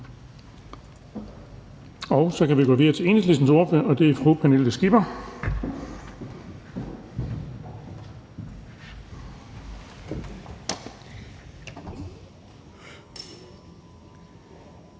Så kan vi gå videre til Enhedslistens ordfører, og det er fru Pernille Skipper.